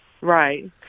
Right